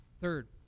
Third